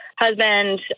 husband